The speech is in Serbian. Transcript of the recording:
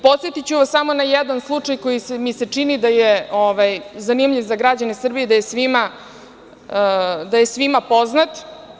Podsetiću vas samo na jedan slučaj koji mi se čini da je zanimljiv za građane Srbije i da je svima poznat.